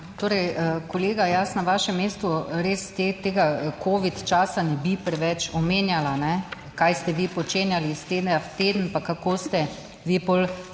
Torej, kolega, jaz na vašem mestu res tega covid časa ne bi preveč omenjala, kaj ste vi počenjali iz tedna v teden, pa kako ste vi potem